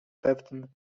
pewnym